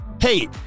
hey